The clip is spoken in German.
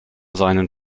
seinen